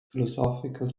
philosophical